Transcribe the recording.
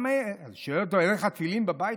היא שואלת אותו: אין לך תפילין בבית?